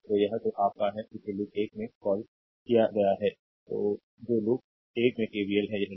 तो यह तो आप का है जिसे लूप 1 में कॉल किया गया है जो लूप 1 में केवीएल है यह लूप 1 है